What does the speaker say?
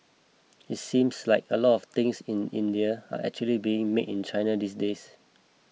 it seems like a lot of things in India are actually being made in China these days